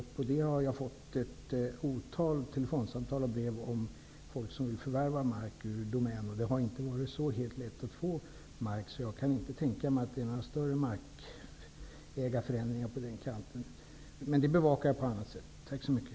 Jag har fått ett otal telefonsamtal och brev från folk som vill förvärva mark av Domän. Det har inte varit helt lätt att förvärva mark. Jag kan inte tänka mig att det har varit några större förändringar när det gäller ägare av mark på den kanten. Men jag bevakar den frågan på annat sätt.